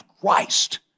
Christ